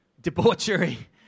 debauchery